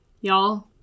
Y'all